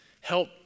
help